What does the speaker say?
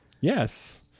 yes